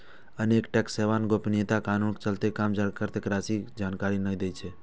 अनेक tax haven गोपनीयता कानूनक चलते जमाकर्ता के राशि के जानकारी नै दै छै